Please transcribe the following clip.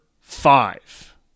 five